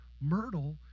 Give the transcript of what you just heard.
Myrtle